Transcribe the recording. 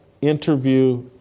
interview